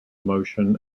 motion